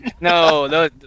No